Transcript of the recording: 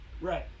right